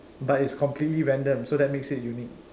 but its completely random so that makes it completely unique